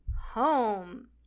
home